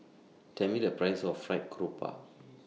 Tell Me The Price of Fried Garoupa